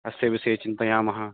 अस्य विषये चिन्तयामः